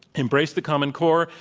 embrace the common core,